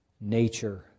nature